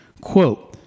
quote